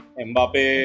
Mbappe